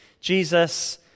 Jesus